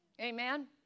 Amen